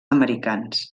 americans